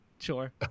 Sure